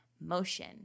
motion